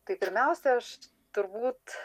tai pirmiausia aš turbūt